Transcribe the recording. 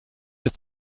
ist